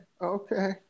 Okay